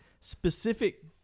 specific